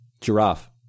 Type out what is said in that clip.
Giraffe